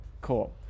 cool